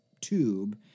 tube